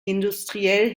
industriell